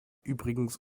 übrigens